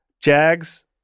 Jags